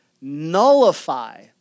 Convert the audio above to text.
nullify